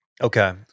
Okay